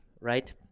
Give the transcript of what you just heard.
right